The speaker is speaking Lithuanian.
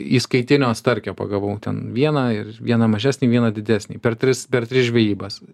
įskaitinio starkio pagavau ten vieną ir vieną mažesnį vieną didesnį per tris per tris žvejybas